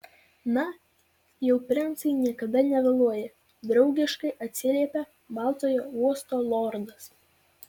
na jau princai niekada nevėluoja draugiškai atsiliepė baltojo uosto lordas